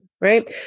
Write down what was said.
right